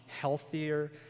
healthier